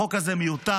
החוק הזה מיותר,